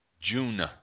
June